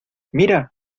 mira